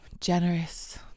generous